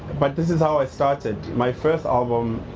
but this is how i started. my first album,